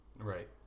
right